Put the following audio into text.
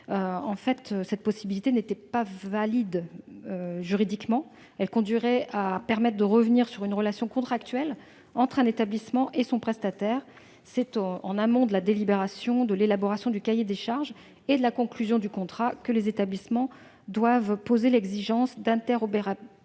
Cette possibilité, dénuée de validité juridique, permettrait de revenir sur une relation contractuelle entre un établissement et son prestataire. C'est en amont de la délibération, de l'élaboration du cahier des charges et de la conclusion du contrat que les établissements doivent exiger l'interopérabilité.